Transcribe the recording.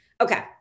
Okay